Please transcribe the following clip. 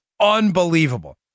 unbelievable